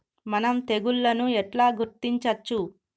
మనం తెగుళ్లను ఎట్లా గుర్తించచ్చు?